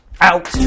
out